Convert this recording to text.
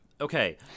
okay